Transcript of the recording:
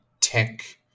tech